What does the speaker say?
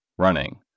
running